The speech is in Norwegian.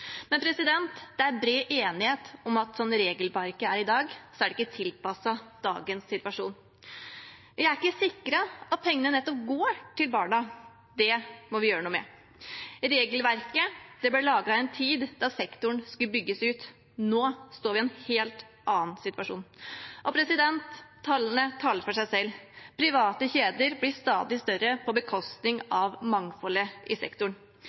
Det er bred enighet om at slik regelverket er i dag, er det ikke tilpasset dagens situasjon. Vi er ikke sikret at pengene nettopp går til barna – det må vi gjøre noe med. Regelverket ble laget i en tid da sektoren skulle bygges ut. Nå står vi en helt annen situasjon. Tallene taler for seg selv. Private kjeder blir stadig større, på bekostning av mangfoldet i sektoren.